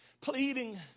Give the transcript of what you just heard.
pleading